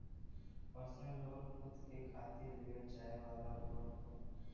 personal loan खुद के खातिर लेवे जाये वाला लोन हौ